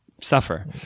suffer